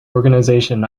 organization